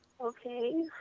Okay